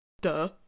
Duh